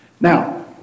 Now